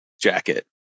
jacket